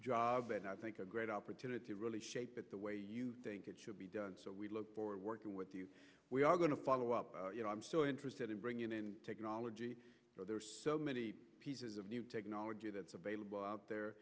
job and i think a great opportunity to really shape it the way you think it should be done so we look forward working with you we are going to follow up you know i'm so interested in bringing in technology there's so many pieces of new technology that's available out there